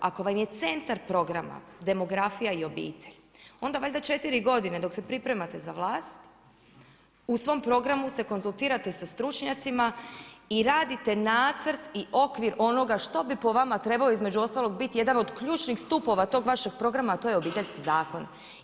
Ako vam je centar programa demografija i obitelj, onda valjda 4 godine dok se pripremate za vlast, u svom programu se konzultirate sa stručnjacima i radite nacrt i okvir onoga što bi po vama trebalo između ostalog biti jedan od ključnih stupova tog vašeg programa a to je Obiteljski zakon.